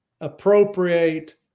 appropriate